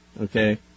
okay